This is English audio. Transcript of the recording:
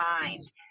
mind